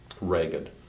ragged